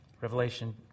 Revelation